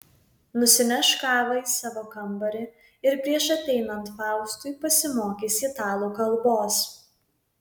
nusineš kavą į savo kambarį ir prieš ateinant faustui pasimokys italų kalbos